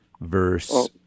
verse